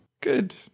Good